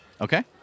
Okay